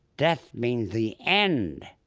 death means the end,